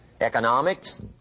Economics